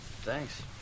Thanks